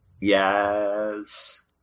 Yes